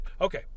Okay